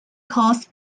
caused